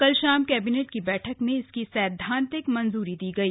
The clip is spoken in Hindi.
कल शाम कैबिनेट की बैठक में इसकी सैद्वांतिक मंजूरी दी गई